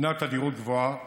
הינה תדירות גבוהה,